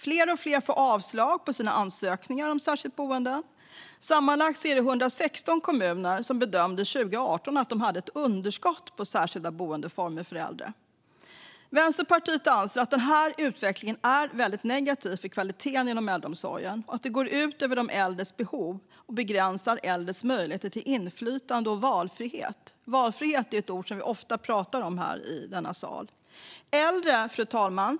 Allt fler får avslag på sina ansökningar om särskilt boende. Sammanlagt 116 kommuner bedömde 2018 att de hade ett underskott på särskilda boendeformer för äldre. Vänsterpartiet anser att den utvecklingen är negativ för kvaliteten inom äldreomsorgen. Det går ut över de äldres behov och begränsar äldres möjligheter till inflytande och valfrihet. Valfrihet är något som vi ofta talar om i denna kammare, fru talman.